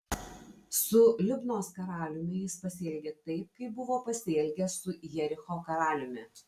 su libnos karaliumi jis pasielgė taip kaip buvo pasielgęs su jericho karaliumi